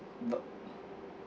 but